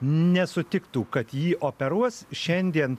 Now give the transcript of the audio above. nesutiktų kad jį operuos šiandien